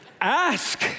ask